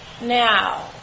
Now